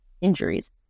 injuries